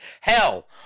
Hell